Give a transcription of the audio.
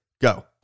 go